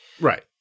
Right